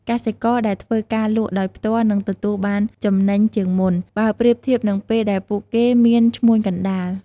កសិករដែលធ្វើការលក់ដោយផ្ទាល់នឹងទទួលបានចំណេញជាងមុន បើប្រៀបធៀបនឹងពេលដែលពួកគេមានឈ្មួញកណ្ដាល។